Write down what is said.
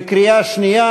בקריאה שנייה,